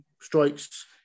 strikes